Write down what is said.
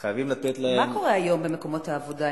חייבים לתת להם, מה קורה היום במקומות העבודה?